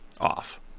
off